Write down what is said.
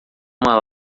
uma